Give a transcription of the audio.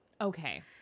Okay